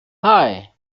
hei